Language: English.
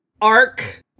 arc